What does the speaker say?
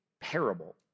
parable